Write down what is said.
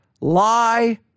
lie